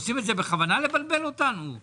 אתה ביקשת שאני אקדים את המרכז למיפוי ישראל,